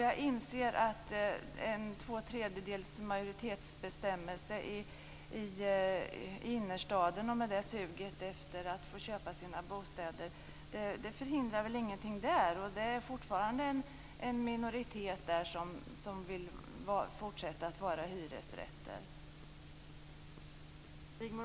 Jag inser att en bestämmelse om två tredjedels majoritet i innerstaden, med det suget efter att få köpa sina bostäder, inte förhindrar någonting där. Det är fortfarande en minoritet som vill fortsätta att vara hyresgäster.